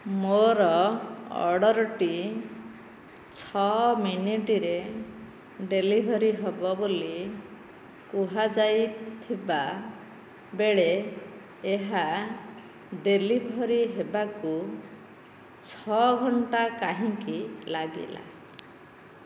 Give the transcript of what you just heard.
ମୋର ଅର୍ଡ଼ର୍ଟି ଛଅ ମିନିଟ୍ରେ ଡେଲିଭରି ହେବ ବୋଲି କୁହାଯାଇଥିବା ବେଳେ ଏହା ଡେଲିଭରି ହେବାକୁ ଛଅ ଘଣ୍ଟା କାହିଁକି ଲାଗିଲା